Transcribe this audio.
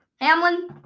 Hamlin